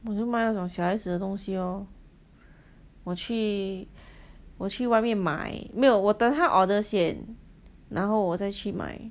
我就卖那种小孩子的东西 lor 我去我去外面买没有我等他 order 先然后我再去买